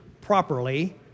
properly